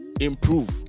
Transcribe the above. improve